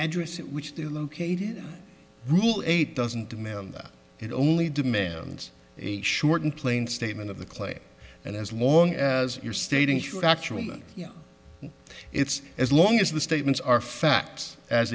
address which they located rule eight doesn't demand that it only demands a shortened plain statement of the clay and as long as you're stating should actually it's as long as the statements are facts as